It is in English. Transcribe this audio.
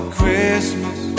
Christmas